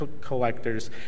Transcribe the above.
collectors